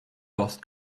lost